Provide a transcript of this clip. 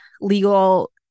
legal